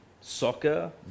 soccer